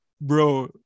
Bro